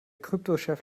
kryptochef